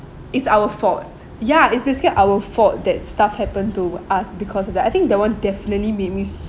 it's our fault ya it's basically our fault that stuff happen to us because of that I think that one definitely made me